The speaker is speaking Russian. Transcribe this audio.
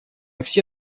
все